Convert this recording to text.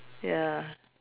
ya